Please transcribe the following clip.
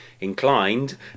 inclined